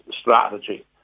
strategy